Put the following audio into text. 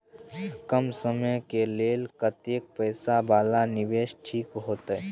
कम समय के लेल कतेक पैसा वाला निवेश ठीक होते?